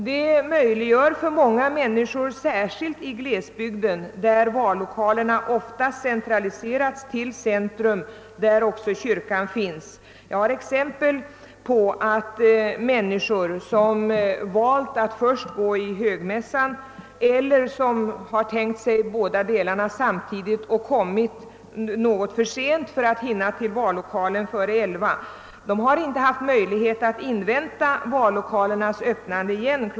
Det underlättar för många människor, särskilt i glesbygden där vallokalerna ligger i centrum i närheten av kyrkan. Jag har exempel på att människor, som valt att först gå i högmässan och sedan rösta eller som tänkt sig att först rösta och sedan gå i högmässan och kommit något för sent för att hinna till vallokalen före kl. 11, inte haft möjlighet att invänta vallokalernas öppnande igen.